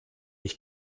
ich